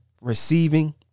Receiving